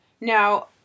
Now